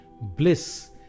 bliss